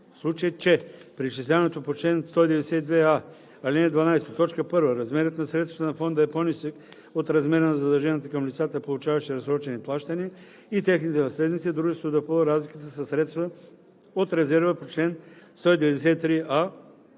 В случай че при изчисляването по чл. 192а, ал. 12, т. 1 размерът на средствата на фонда е по-нисък от размера на задълженията към лицата, получаващи разсрочени плащания, и техните наследници, дружеството допълва разликата със средства от резерва по чл. 193а,